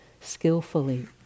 skillfully